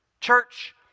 Church